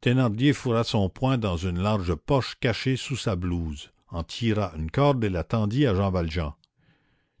thénardier fourra son poing dans une large poche cachée sous sa blouse en tira une corde et la tendit à jean valjean